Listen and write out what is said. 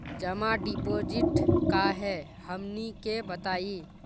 जमा डिपोजिट का हे हमनी के बताई?